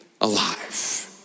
alive